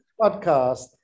podcast